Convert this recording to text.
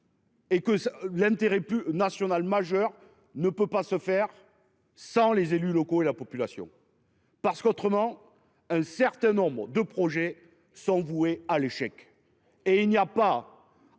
Et que ça l'intérêt plus national majeur ne peut pas se faire sans les élus locaux et la population. Parce qu'autrement un certains nombres de projets sont vouées à l'échec. Et il n'y a pas.